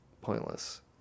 pointless